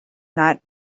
not